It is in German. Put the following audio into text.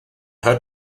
hört